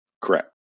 Correct